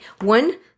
One